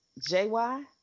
JY